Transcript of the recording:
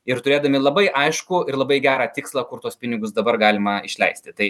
ir turėdami labai aišku ir labai gerą tikslą kur tuos pinigus dabar galima išleisti tai